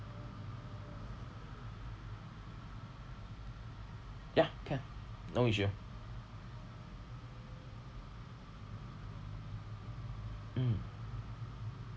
ya can no issue mm